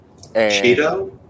Cheeto